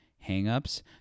hang-ups